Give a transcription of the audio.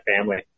family